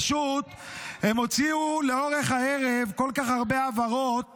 פשוט הם הוציאו לאורך הערב כל כך הרבה הבהרות